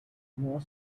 more